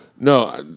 No